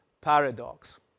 Paradox